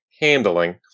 Handling